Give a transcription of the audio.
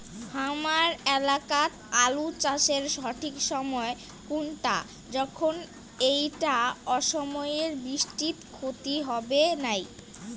হামার এলাকাত আলু চাষের সঠিক সময় কুনটা যখন এইটা অসময়ের বৃষ্টিত ক্ষতি হবে নাই?